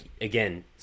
again